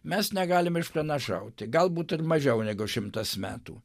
mes negalim išpranašauti galbūt ir mažiau negu šimtas metų